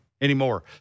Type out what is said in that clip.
anymore